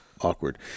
awkward